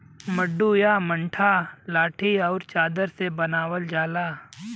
मड्डू या मड्डा लाठी आउर चादर से बनावल जाला